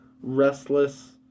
Restless